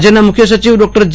રાજ્યના મુખ્ય સચિવ ડોક્ટર જે